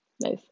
Nice